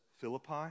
Philippi